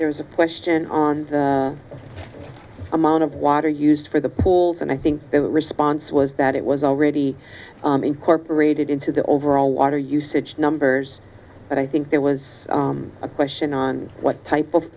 there is a question on amount of water used for the pools and i think the response was that it was already incorporated into the overall water usage numbers but i think there was a question on what type of